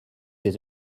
des